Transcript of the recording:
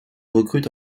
recrute